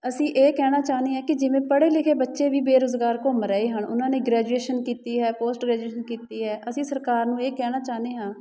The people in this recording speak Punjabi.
ਅਸੀਂ ਇਹ ਕਹਿਣਾ ਚਾਹੁੰਦੇ ਹਾਂ ਕਿ ਜਿਵੇਂ ਪੜ੍ਹੇ ਲਿਖੇ ਬੱਚੇ ਵੀ ਬੇਰੁਜ਼ਗਾਰ ਘੁੰਮ ਰਹੇ ਹਨ ਉਹਨਾਂ ਨੇ ਗ੍ਰੈਜੂਏਸ਼ਨ ਕੀਤੀ ਹੈ ਪੋਸਟ ਗ੍ਰੈਜੂਏਸ਼ਨ ਕੀਤੀ ਹੈ ਅਸੀਂ ਸਰਕਾਰ ਨੂੰ ਇਹ ਕਹਿਣਾ ਚਾਹੁੰਦੇ ਹਾਂ